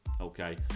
okay